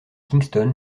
kingston